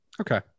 Okay